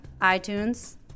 iTunes